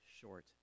short